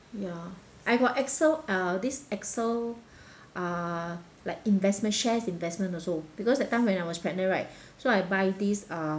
ya I got excel uh this excel uh like investment shares investment also because that time when I was pregnant right so I buy this uh